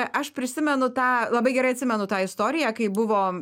aš prisimenu tą labai gerai atsimenu tą istoriją kai buvo